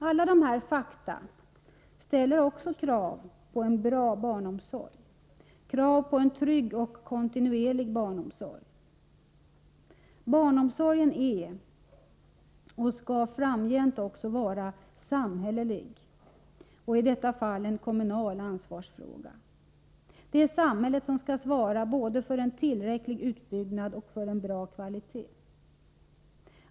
Alla dessa fakta ställer också krav på en bra barnomsorg — krav på en trygg och kontinuerlig barnomsorg. Barnomsorg är, och skall framgent också vara, samhällelig, och i detta fall en kommunal ansvarsfråga. Det är samhället som skall svara för både en tillräcklig utbyggnad och en bra kvalitet.